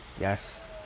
Yes